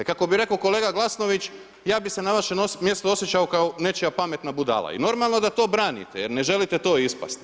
Kako bi rekao kolega Glasnović, ja bi se na vašem mjestu osjećao kao nečija pametna budala i normalno da to branite jer ne želite to ispasti.